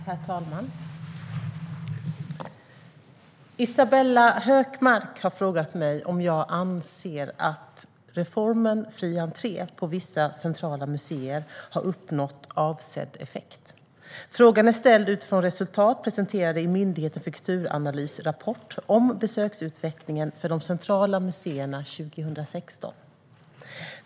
Herr talman! Isabella Hökmark har frågat mig om jag anser att reformen fri entré på vissa centrala museer har uppnått avsedd effekt. Frågan är ställd utifrån resultat presenterade i Myndigheten för kulturanalys rapport om besöksutvecklingen för de centrala museerna 2016.